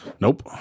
Nope